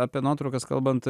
apie nuotraukas kalbant